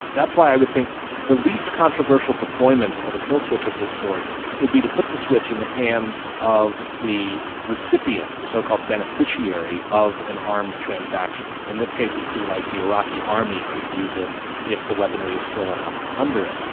that's why i would think the least controversial deployment of a kill switch of this sort would be to put the switch in the hands of the recipient, the so-called beneficiary of an arms transaction. in this case it would be like the iraqi army could use it if the weaponry is stolen out from under it.